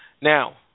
Now